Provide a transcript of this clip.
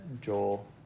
Joel